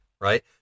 right